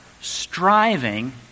striving